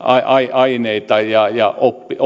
aineita ja ja